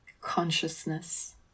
consciousness